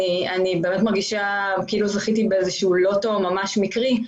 אני באמת מרגישה כאילו זכיתי בלוטו ממש מקרי,